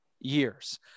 years